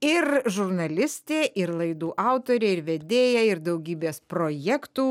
ir žurnalistė ir laidų autorė ir vedėja ir daugybės projektų